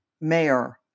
mayor